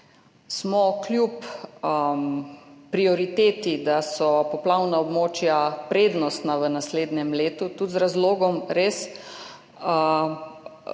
smo kljub prioriteti, da so poplavna območja prednostna v naslednjem letu, tudi z razlogom, res,